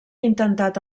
intentat